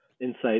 insight